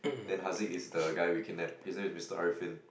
then Harzik is the guy we kidnap he's name is Mister Arfin